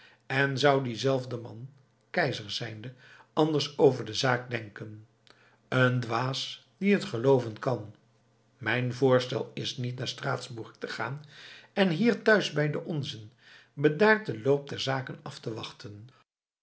en zou diezelfde man keizer zijnde anders over de zaak denken een dwaas die het gelooven kan mijn voorstel is niet naar straatsburg te gaan en hier thuis bij de onzen bedaard den loop der zaken af te wachten